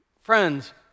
friends